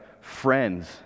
friends